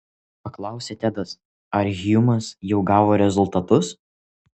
paklausė tedas ar hjumas jau gavo rezultatus